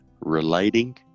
relating